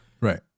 Right